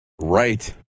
Right